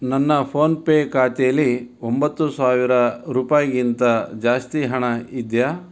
ನನ್ನ PhonePe ಖಾತೆಲಿ ಒಂಬತ್ತು ಸಾವಿರ ರೂಪಾಯಿಗಿಂತ ಜಾಸ್ತಿ ಹಣ ಇದೆಯೇ